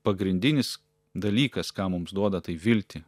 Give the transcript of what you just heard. pagrindinis dalykas ką mums duoda tai viltį